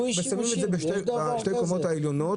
אם שמים את זה בשתי הקומות העליונות,